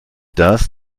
das